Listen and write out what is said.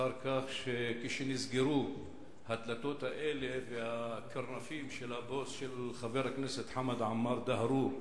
אחר כך נסגרו הדלתות האלה והקרנפים של הבוס של חבר הכנסת חמד עמאר דהרו,